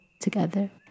together